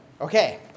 okay